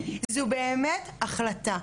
זו באמת החלטה,